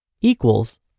equals